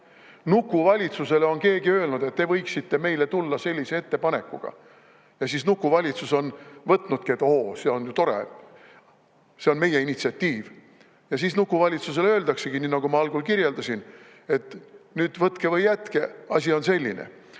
Nukuvalitsusele on keegi öelnud, et te võiksite meile tulla sellise ettepanekuga. Ja siis nukuvalitsus on [vaadanudki], et oo, see on ju tore, see on meie initsiatiiv. Ja siis nukuvalitsusele öeldaksegi, nii nagu ma algul kirjeldasin, et nüüd võtke või jätke, asi on selline. Ärge